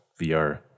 VR